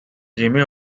jimmy